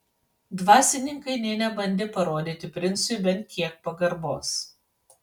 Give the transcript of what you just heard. dvasininkai nė nebandė parodyti princui bent kiek pagarbos